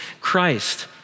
Christ